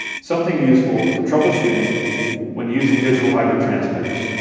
something useful for troubleshooting when using digital hybrid transmitters.